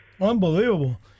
Unbelievable